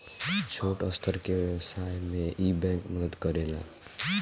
छोट स्तर के व्यवसाय में इ बैंक मदद करेला